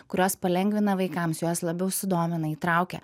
kurios palengvina vaikams juos labiau sudomina įtraukia